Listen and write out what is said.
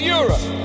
Europe